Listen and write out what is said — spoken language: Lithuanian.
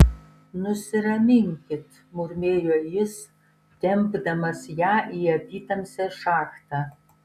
nusiraminkit murmėjo jis tempdamas ją į apytamsę šachtą